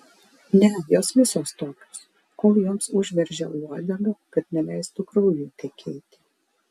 ne jos visos tokios kol joms užveržia uodegą kad neleistų kraujui tekėti